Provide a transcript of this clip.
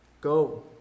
Go